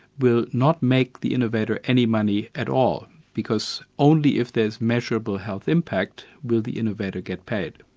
will not make the innovator any money at all, because only if there's measurable health impact, will the innovator get paid.